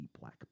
Black